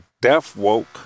deaf-woke